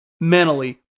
mentally